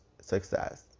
success